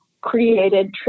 created